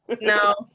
No